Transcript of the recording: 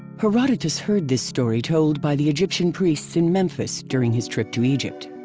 herodotus heard this story told by the egyptian priests in memphis during his trip to egypt.